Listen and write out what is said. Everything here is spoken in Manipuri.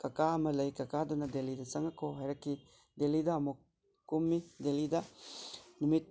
ꯀꯀꯥ ꯑꯃ ꯂꯩ ꯀꯀꯥꯗꯨꯅ ꯗꯦꯜꯂꯤꯗ ꯆꯪꯉꯛꯈꯣ ꯍꯥꯏꯔꯛꯈꯤ ꯗꯦꯜꯂꯤꯗ ꯑꯃꯨꯛ ꯀꯨꯝꯃꯤ ꯗꯦꯜꯂꯤꯗ ꯅꯨꯃꯤꯠ